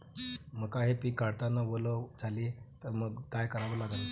मका हे पिक काढतांना वल झाले तर मंग काय करावं लागन?